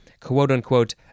quote-unquote